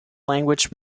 language